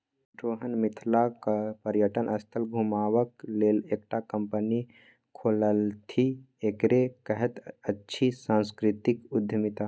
सोहन मिथिलाक पर्यटन स्थल घुमेबाक लेल एकटा कंपनी खोललथि एकरे कहैत अछि सांस्कृतिक उद्यमिता